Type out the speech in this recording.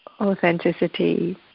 authenticity